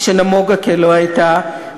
שנמוגה כלא הייתה,